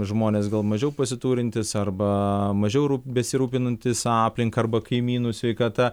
žmonės gal mažiau pasiturintys arba mažiau besirūpinantys aplinka arba kaimynų sveikata